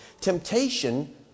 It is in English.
Temptation